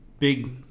big